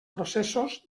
processos